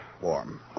warm